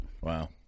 Wow